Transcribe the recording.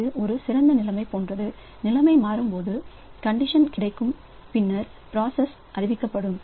இது ஒரு சிறந்த நிலைமை போன்றது நிலைமை மாறும் போது நிபந்தனை கிடைக்கும் பின்னர் ப்ராசஸ்களுக்கு அறிவிக்கப்படும்